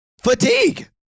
Fatigue